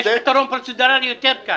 יש פתרון פרוצדורלי יותר קל